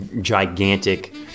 gigantic